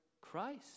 Christ